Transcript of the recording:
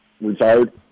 retired